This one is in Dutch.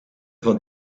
van